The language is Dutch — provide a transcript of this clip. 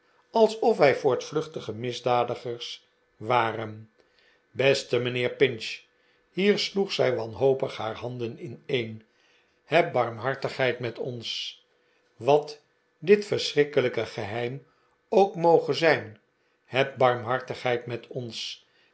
alsof wij voortvluchtige misdadigers waren beste mijnheer pinch hier sloeg zij wanhopig haar handen ineen heb barmhartigheid met ons wat dit verschrikkelijke geheim ook moge zijn heb barmhartigheid met ons